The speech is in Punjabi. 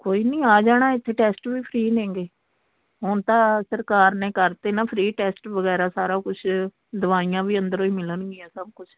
ਕੋਈ ਨਹੀਂ ਆ ਜਾਣਾ ਇੱਥੇ ਟੈਸਟ ਵੀ ਫਰੀ ਨੇਂਗੇ ਹੁਣ ਤਾਂ ਸਰਕਾਰ ਨੇ ਕਰਤੇ ਨਾ ਫਰੀ ਟੈਸਟ ਵਗੈਰਾ ਸਾਰਾ ਕੁਛ ਦਵਾਈਆਂ ਵੀ ਅੰਦਰੋਂ ਹੀ ਮਿਲਣਗੀਆਂ ਸਭ ਕੁਛ